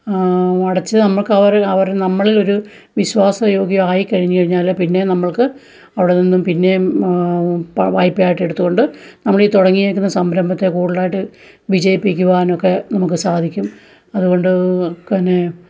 അടച്ച് നമ്മുക്കവര് അവര് നമ്മളിലൊരു വിശ്വാസയോഗ്യമായിക്കഴിഞ്ഞ് കഴിഞ്ഞാല് പിന്നെ നമ്മൾക്ക് അവിടെ നിന്നും പിന്നെയും പ വായ്പ്പയായിട്ടെടുത്തുകൊണ്ട് നമ്മളീ തുടങ്ങിയേക്കുന്ന സംരംഭത്തെ കൂടുതലായിട്ട് വിജയിപ്പിക്കുവാനൊക്കെ നമുക്ക് സാധിക്കും അതുകൊണ്ട് ക്കനെ